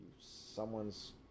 someone's